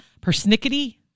Persnickety